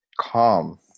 calm